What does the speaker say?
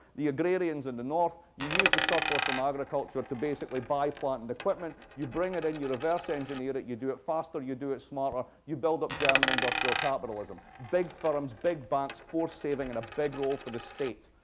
the agrarians in the north. you use the surplus from agriculture to basically buy flattened equipment. you bring it in, you reverse engineer it, you do it faster, you do it faster, ah you build up german industrial capitalism. big firms, big banks, forced saving, and a big role for the state.